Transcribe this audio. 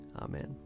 Amen